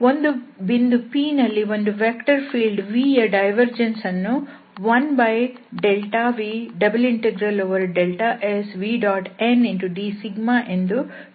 ಒಂದು ಬಿಂದು P ನಲ್ಲಿ ಒಂದು ವೆಕ್ಟರ್ ಫೀಲ್ಡ್ v ಯ ಡೈವರ್ಜೆನ್ಸ್ ಅನ್ನು 1δV∬Svndσ ಎಂದು ವ್ಯಾಖ್ಯಾನಿಸಲಾಗಿದೆ